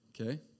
Okay